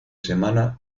semana